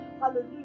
Hallelujah